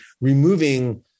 removing